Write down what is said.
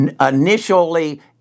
initially